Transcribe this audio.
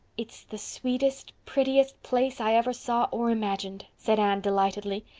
it's the sweetest, prettiest place i ever saw or imagined, said anne delightedly.